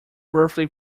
birthday